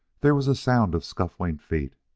there was a sound of scuffling feet,